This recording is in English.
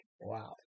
wow